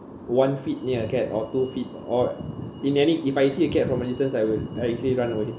one feet near a cat or two feet or in any if I see a cat from a distance I will I'll actually run away